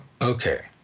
Okay